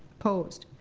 opposed?